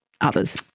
others